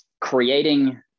creating